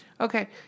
Okay